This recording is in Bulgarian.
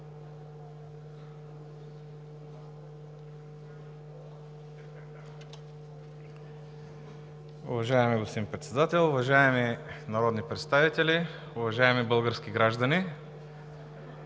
Уважаеми господин Председател, уважаеми народни представители, уважаеми български граждани!